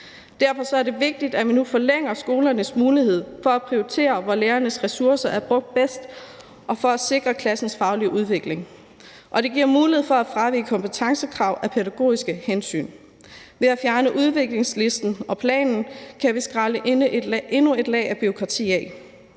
Derfor er det vigtigt, at vi nu forlænger skolernes mulighed for at prioritere, hvor lærernes ressourcer er brugt bedst, og for at sikre klassens faglige udvikling, og det giver mulighed for at fravige kompetencekrav af pædagogiske hensyn. Ved at fjerne udviklingslisten og -planen kan vi skrælle endnu et lag bureaukrati af